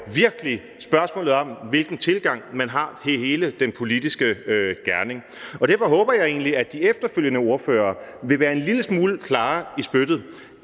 virkelig er spørgsmålet om, hvilken tilgang man har til hele den politiske gerning. Derfor håber jeg egentlig, at de efterfølgende ordførere vil være en lille smule klarere i spyttet.